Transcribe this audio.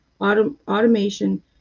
automation